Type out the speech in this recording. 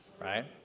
right